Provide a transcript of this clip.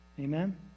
Amen